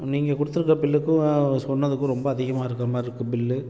நீங்கள் கொடுத்துருக்குற பில்லுக்கும் சொன்னதுக்கு ரொம்ப அதிகமாக இருக்கிற மாதிரி இருக்குது பில்லு